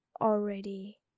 already